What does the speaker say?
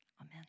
Amen